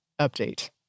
Update